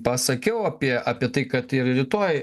pasakiau apie apie tai kad ir rytoj